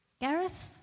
Gareth